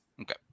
Okay